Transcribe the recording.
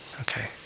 Okay